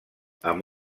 amb